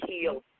heal